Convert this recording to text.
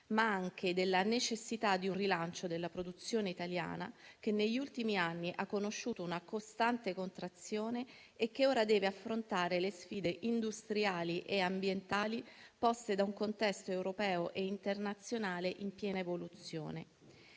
ma anche della necessità di un rilancio della produzione italiana che negli ultimi anni ha conosciuto una costante contrazione e che ora deve affrontare le sfide industriali e ambientali poste da un contesto europeo e internazionale in piena evoluzione.